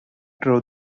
drove